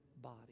body